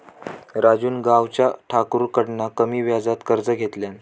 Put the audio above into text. राजून गावच्या ठाकुराकडना कमी व्याजात कर्ज घेतल्यान